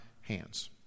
hands